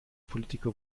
politiker